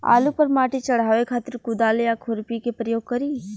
आलू पर माटी चढ़ावे खातिर कुदाल या खुरपी के प्रयोग करी?